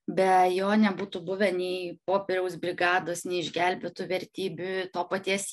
be jo nebūtų buvę nei popieriaus brigados nei išgelbėtų vertybių to paties